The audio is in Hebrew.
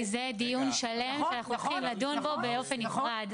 זה דיון שלם, צריך לדון בו באופן נפרד).